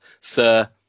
Sir